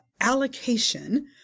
allocation